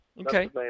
Okay